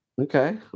Okay